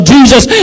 Jesus